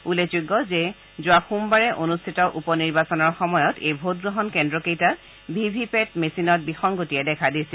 উল্লেখযোগ্য যে যোৱা সোমবাৰে অনুষ্ঠিত উপ নিৰ্বাচনৰ সময়ত এই ভোটগ্ৰহণ কেন্দ্ৰ কেইটাত ভি ভি পেট মেচিনত বিসংগতি দেখা দিছিল